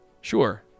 sure